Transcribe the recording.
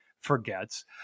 forgets